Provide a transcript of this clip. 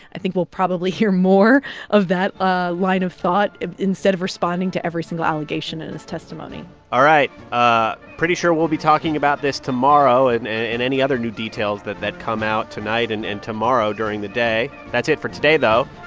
i think we'll probably hear more of that ah line of thought instead of responding to every single allegation in his testimony all right, ah pretty sure we'll be talking about this tomorrow and and and any other new details that that come out tonight and and tomorrow during the day. that's it for today, though.